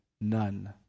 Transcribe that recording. None